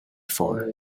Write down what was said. before